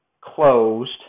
closed